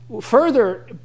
further